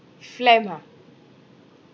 phlegm ah